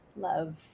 love